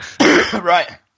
right